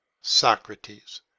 Socrates